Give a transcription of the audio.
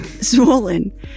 swollen